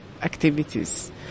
activities